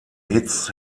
hits